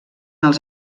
els